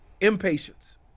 impatience